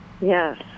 Yes